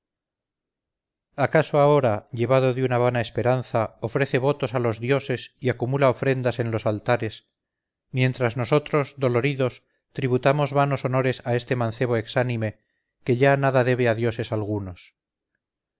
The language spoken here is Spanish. acaso ahora llevado de una vana esperanza ofrece votos a los dioses y acumula ofrendas en los altares mientras nosotros doloridos tributamos vanos honores a este mancebo exánime que ya nada debe a dioses algunos